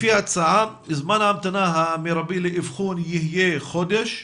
לפי ההצעה זמן ההמתנה המרבי לאבחון יהיה חודש,